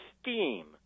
steam